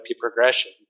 progression